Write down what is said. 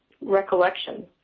recollection